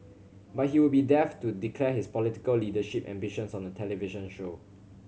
but he would be daft to declare his political leadership ambitions on a television show